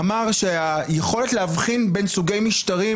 אמר שהיכולת להבחין בין סוגי משטרים